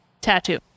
tattoo